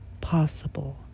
possible